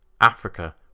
Africa